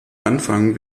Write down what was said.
anfang